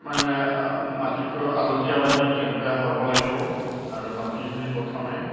মানে মাটিটো আলতীয়া মাটি তেনেকুৱা হ'ব লাগিব আৰু মাটিখিনি প্ৰথমে